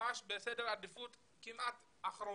ממש בסדר עדיפות כמעט אחרון,